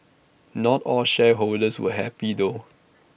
not all shareholders were happy though